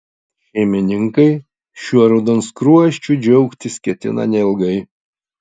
šeimininkai šiuo raudonskruosčiu džiaugtis ketina neilgai